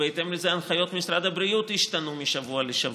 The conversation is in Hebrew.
ובהתאם לזה הנחיות משרד הבריאות ישתנו משבוע לשבוע.